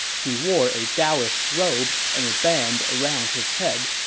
he wore a daoist robe and a band around his head.